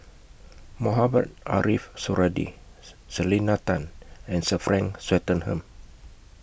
Mohamed Ariff Suradi Selena Tan and Sir Frank Swettenham